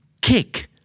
kick